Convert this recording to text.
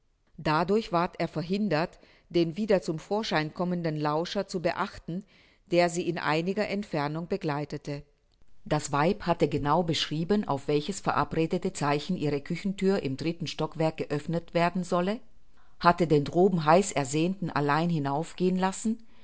dadurch ward er verhindert den wieder zum vorschein kommenden lauscher zu beachten der sie in einiger entfernung begleitete das weib hatte genau beschrieben auf welches verabredete zeichen ihre küchenthür im dritten stockwerk geöffnet werden solle hatte den droben heiß ersehnten allein hinaufgehen lassen